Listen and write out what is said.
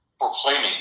proclaiming